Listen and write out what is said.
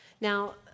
Now